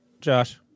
Josh